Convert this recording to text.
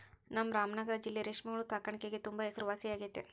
ನಮ್ ರಾಮನಗರ ಜಿಲ್ಲೆ ರೇಷ್ಮೆ ಹುಳು ಸಾಕಾಣಿಕ್ಗೆ ತುಂಬಾ ಹೆಸರುವಾಸಿಯಾಗೆತೆ